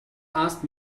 asked